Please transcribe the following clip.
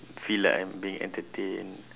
feel like I'm being entertained